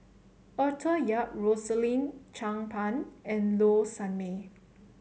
Arthur Yap Rosaline Chan Pang and Low Sanmay